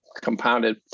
compounded